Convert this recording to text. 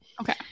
Okay